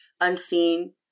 unseen